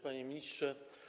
Panie Ministrze!